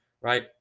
right